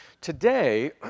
Today